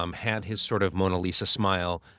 um had his sort of mona lisa smile.